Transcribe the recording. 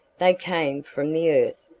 they came from the earth,